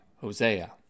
Hosea